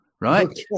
right